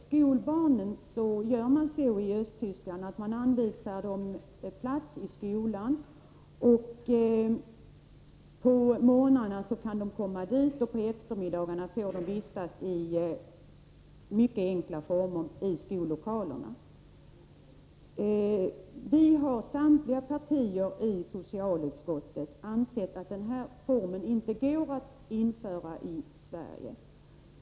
Skolbarnen i Östtyskland anvisas plats i skolan. På morgnarna kan de komma dit, och på eftermiddagarna får de vistas i mycket enkla former i skollokalerna. Samtliga partier i socialutskottet anser att det inte går att införa den här formen av barnomsorg i Sverige.